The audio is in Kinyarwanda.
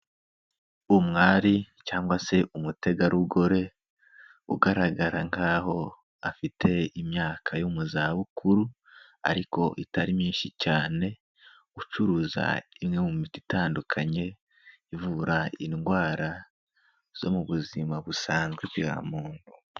Umwari cyangwa se umutegarugori, ugaragara nkaho afite imyaka yo mu zabukuru, ariko itari myinshi cyane, ucuruza imwe mu miti itandukanye ivura indwara zo mu buzima busanzwe bwa muntu.